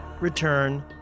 return